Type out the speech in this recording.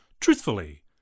Truthfully